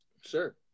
Sure